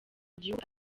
gihugu